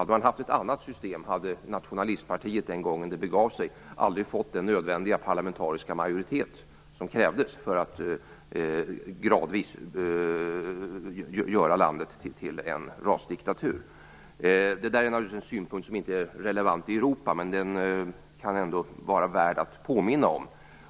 Hade det varit ett annat valsystem hade Nationalistpartiet den gången det begav sig aldrig fått den nödvändiga parlamentariska majoritet som krävdes för att gradvis göra landet till en rasdiktatur. Detta är en synpunkt som naturligtvis inte är relevant i Europa. Men den kan vara värd att påminna om.